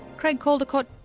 craig caldicott,